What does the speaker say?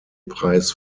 preis